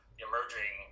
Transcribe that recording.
emerging